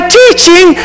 teaching